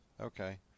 okay